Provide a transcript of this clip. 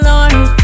Lord